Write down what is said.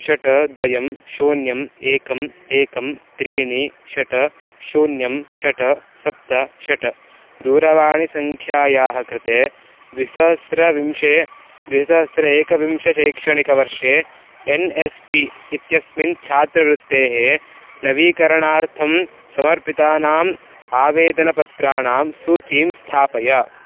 षट् द्वे शून्यम् एकम् एकं त्रीणि षट् शून्यं षट् सप्त षट् दूरवाणिसङ्ख्यायाः कृते द्विसहस्रविंशे द्विसहस्र एकविंशे शैक्षणिकवर्षे एन् एस् पी इत्यस्मिन् छात्रवृत्तेः नवीकरणार्थं समर्पितानाम् आवेदनपत्राणां सूचीं स्थापय